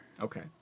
Okay